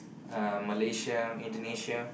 um Malaysia Indonesia